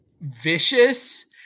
vicious